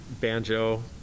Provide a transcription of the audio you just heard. banjo